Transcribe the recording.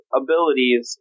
abilities